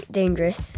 dangerous